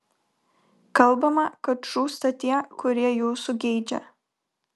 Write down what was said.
kalbama kad žūsta tie kurie jūsų geidžia